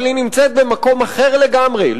אבל היא נמצאת במקום אחר לגמרי,